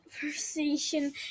conversation